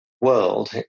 world